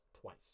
twice